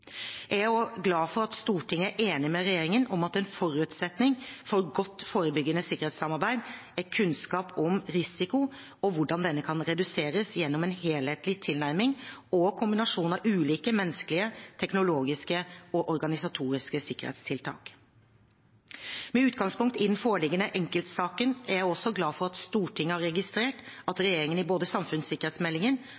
Jeg er også glad for at Stortinget er enig med regjeringen i at en forutsetning for godt forebyggende sikkerhetsarbeid er kunnskap om risiko og hvordan denne kan reduseres gjennom en helhetlig tilnærming og kombinasjon av ulike menneskelige, teknologiske og organisatoriske sikkerhetstiltak. Med utgangspunkt i den foreliggende enkeltsaken er jeg også glad for at Stortinget har registrert at